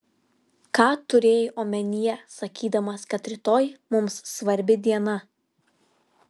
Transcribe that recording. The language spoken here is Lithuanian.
ką turėjai omenyje sakydamas kad rytoj mums svarbi diena